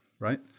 Right